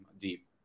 deep